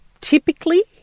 typically